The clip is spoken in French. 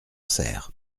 cère